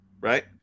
Right